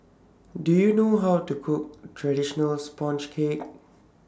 Do YOU know How to Cook Traditional Sponge Cake